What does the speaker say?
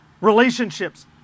relationships